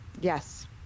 Yes